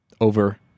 over